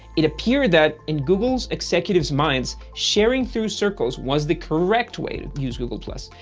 it appeared that in google executive's minds, sharing through circles was the correct way to use google plus,